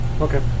okay